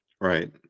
Right